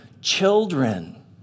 Children